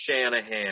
Shanahan